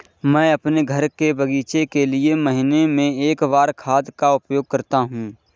मैं अपने घर के बगीचे के लिए महीने में एक बार खाद का उपयोग करता हूँ